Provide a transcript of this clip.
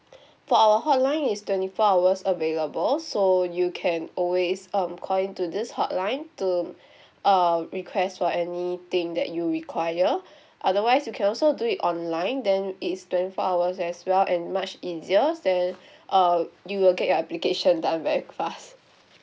for our hotline it's twenty four hours available so you can always um call in to this hotline to uh request for anything that you require otherwise you can also do it online then it's twenty four hours as well and much easier there uh you will get your application done very fast